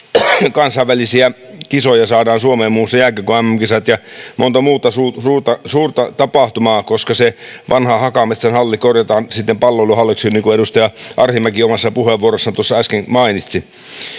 kansainvälisiä kisoja saadaan suomeen muun muassa jääkiekon mm kisat ja monta muuta suurta suurta tapahtumaa koska se vanha hakametsän halli korjataan sitten palloiluhalliksi niin kuin edustaja arhinmäki omassa puheenvuorossaan äsken mainitsi